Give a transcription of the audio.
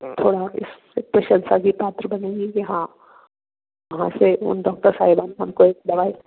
थोड़ा इस प्रशंसा के पात्र बनेंगे कि हाँ वहाँ से उन डॉक्टर साहिबा उनको एक दवाई